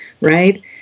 right